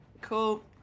Cool